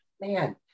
man